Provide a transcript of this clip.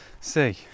see